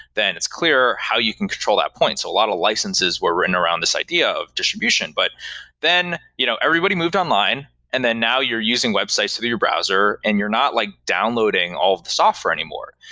then it's clear how you can control that point. so a lot of licenses were written around this idea of distribution, but then you know everybody moved online and then now you're using websites in your browser and you're not like downloading all of the software anymore.